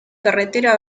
carretera